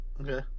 Okay